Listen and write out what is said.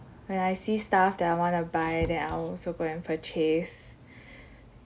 when I see stuff that I want to buy then I will also go and purchase